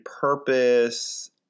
purpose